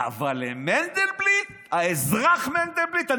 אבל למנדלבליט, האזרח מנדלבליט?